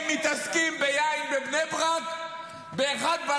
הם מתעסקים ביין בבני ברק ב-01:00.